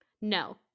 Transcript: No